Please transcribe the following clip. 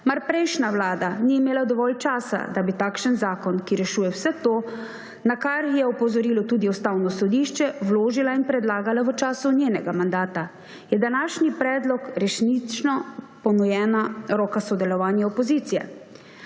Mar prejšnja vlada ni imela dovolj časa, da bi takšen zakon, ki rešuje vse to, na kar je opozorilo tudi Ustavno sodišče, vložila in predlagala v času svojega mandata? Je današnji predlog resnično ponujena roka sodelovanja opozicije?